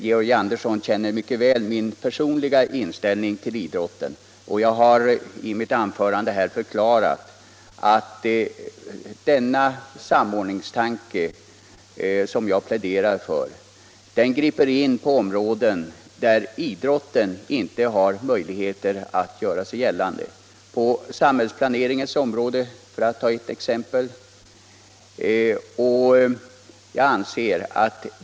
Georg Andersson känner mycket väl min personliga inställning till idrotten, och jag har i mitt förra anförande förklarat att den samordningstanke som jag pläderar för griper in på områden där idrotten inte har möjlighet att göra sig gällande — på samhällsplaneringens område, för att ta ett exempel.